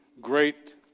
great